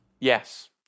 Yes